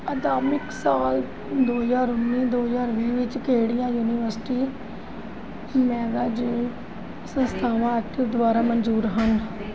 ਅਕਾਦਮਿਕ ਸਾਲ ਦੋ ਹਜ਼ਾਰ ਉੱਨੀ ਦੋ ਹਜ਼ਾਰ ਵੀਹ ਵਿੱਚ ਕਿਹੜੀਆਂ ਯੂਨੀਵਰਸਿਟੀ ਮੈਨੇਜ ਸੰਸਥਾਵਾਂ ਅੱਠ ਦੁਆਰਾ ਮਨਜ਼ੂਰ ਹਨ